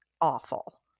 awful